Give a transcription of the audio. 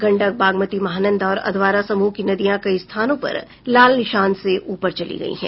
गंडक बागमती महानंदा और अधवारा समूह की नदियां कई स्थानों पर लाल निशान से ऊपर चली गयी है